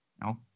No